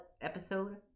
episode